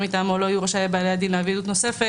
מטעמו לא יהיו רשאים בעלי הדין להביא --- נוספת,